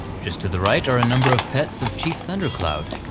just to the right are a number of pets of chief thundercloud.